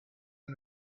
and